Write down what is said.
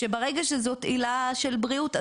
שברגע שזאת עילה של בריאות,